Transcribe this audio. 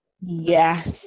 Yes